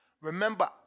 Remember